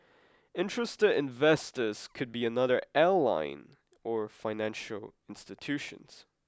interested investors could be another airline or financial institutions